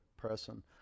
person